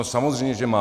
No samozřejmě že má.